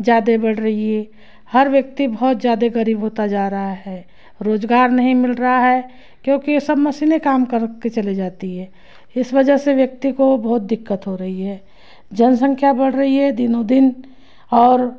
ज़्यादे बढ़ रही है हर व्यक्ति बहुत ज़्यादे गरीब होता जा रहा है रोज़गार नहीं मिल रहा है क्योंकि सब मशीने काम कर के चली जाती हैं इस वजह से व्यक्ति को बहुत दिक्कत हो रही है जनसंख्या बढ़ रही है दिनों दिन और